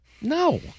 No